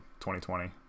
2020